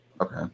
okay